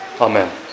Amen